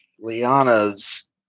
Liana's